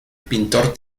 pintor